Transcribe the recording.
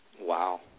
Wow